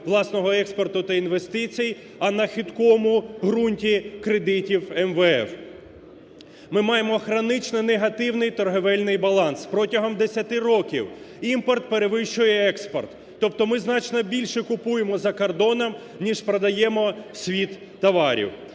власного експорту та інвестицій, а на хиткому ґрунті кредитів МВФ. Ми маємо гранично негативний торгівельний баланс, протягом десяти років імпорт перевищує експорт, тобто ми значно більше купуємо за кордоном ніж продаємо в світ товарів.